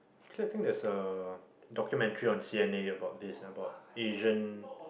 clearly I think there's a ah documentary on C_N_A about this about Asian